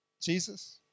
Jesus